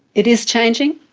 it is changing,